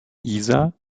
isa